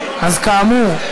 אז כאמור,